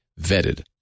vetted